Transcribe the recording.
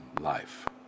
life